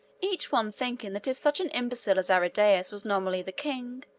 each one thinking that if such an imbecile as aridaeus was nominally the king,